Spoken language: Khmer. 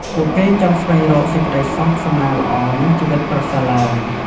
ពួកគេចង់ស្វែងរកសេចក្ដីសុខ សំណាងល្អ និងជីវិតប្រសើរឡើង។